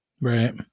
Right